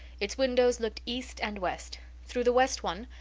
its windows looked east and west through the west one,